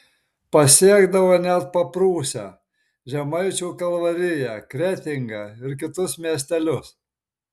pasiekdavo net paprūsę žemaičių kalvariją kretingą ir kitus miestelius